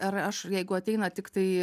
ar aš jeigu ateina tiktai